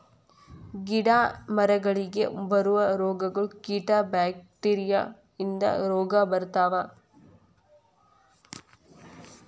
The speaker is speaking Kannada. ಗಿಡಾ ಮರಗಳಿಗೆ ಬರು ರೋಗಗಳು, ಕೇಟಾ ಬ್ಯಾಕ್ಟೇರಿಯಾ ಇಂದ ರೋಗಾ ಬರ್ತಾವ